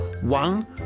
One